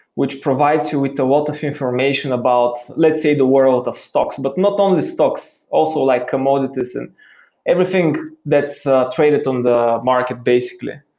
which provides you with the wealth of information about, let's say the world of stocks. but not only stocks, also like commodities and everything that's traded on the market basically.